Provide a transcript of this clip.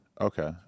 Okay